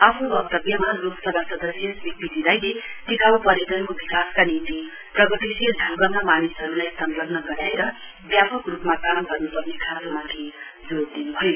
आफ्नो वक्तव्यमा लोकसभा सदस्य श्री पी डी राईले टिकाउ पर्यटनको विकासका निम्ति प्रगतिशील ढगमा मानिसहरूलाई सलंग्न गराएर व्यापक रूपमा काम गर्न्पर्ने खाँचोमाथि जोड़ दिनुभयो